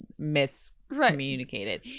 miscommunicated